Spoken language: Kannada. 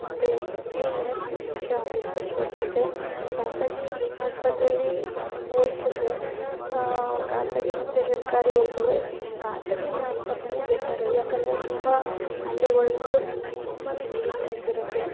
ಮತ್ತೆ ಕ್ಲೀನ್ನೆಸ್ ಮುಖ್ಯವಾಗಿರುತ್ತೆ ಸ್ವಚ್ಚತೆ ಖಾಸಗಿ ಆಸ್ಪತ್ರೆಯಲ್ಲಿ ಹೋಲ್ಸಿದ್ರೆ ಖಾಸಗಿ ಮತ್ತು ಸರ್ಕಾರಿ ಹೋಲ್ಸಿದ್ರೆ ಸ್ ಖಾಸಗಿಯೇ ಆಸ್ಪತ್ರೆಯೇ ಬೆಟರ್ ಯಾಕಂದರೆ ತುಂಬ ಅಲ್ಲಿ ಒಂದು ತುಂಬಾ ಕ್ಲೀನ್ನೆಸ್ ಇರುತ್ತೆ